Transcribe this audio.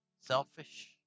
selfish